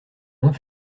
moins